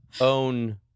own